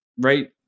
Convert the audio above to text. right